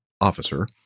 Officer